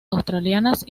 australianas